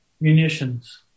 munitions